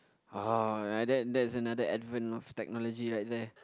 !wow! ya that's that's another advent of technology right there